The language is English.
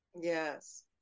Yes